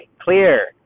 clear